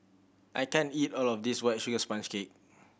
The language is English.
I can't eat all of this White Sugar Sponge Cake